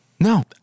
No